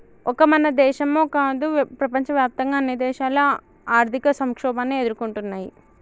ఒక మన దేశమో కాదు ప్రపంచవ్యాప్తంగా అన్ని దేశాలు ఆర్థిక సంక్షోభాన్ని ఎదుర్కొంటున్నయ్యి